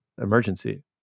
emergency